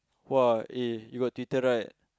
!wah! eh you got Twitter right